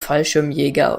fallschirmjäger